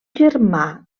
germà